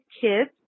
kids